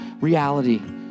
reality